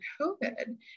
COVID